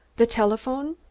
the telephone?